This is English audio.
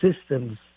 systems